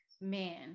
man